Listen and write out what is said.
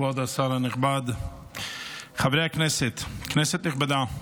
כבוד השר הנכבד, חברי הכנסת, כנסת נכבדה,